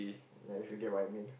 ya if you get what I mean